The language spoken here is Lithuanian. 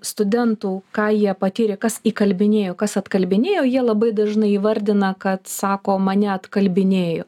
studentų ką jie patyrė kas įkalbinėjo kas atkalbinėjo jie labai dažnai įvardina kad sako mane atkalbinėjo